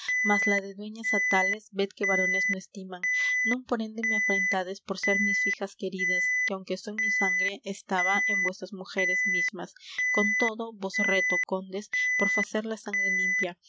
mas la de dueñas atales ved que varones no estiman non por ende me afrentades por ser mis fijas queridas que aunque son mi sangre estaba en vuesas mujeres mismas con todo vos reto condes por facer la sangre limpia